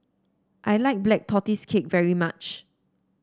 I like Black Tortoise Cake very much